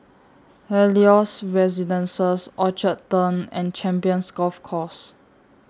Helios Residences Orchard Turn and Champions Golf Course